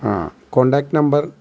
ആ contact number